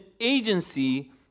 agency